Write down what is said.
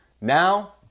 Now